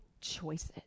choices